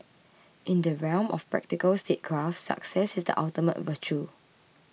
in the realm of practical statecraft success is the ultimate virtue